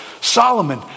Solomon